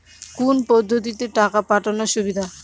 কোন পদ্ধতিতে টাকা পাঠানো সুবিধা?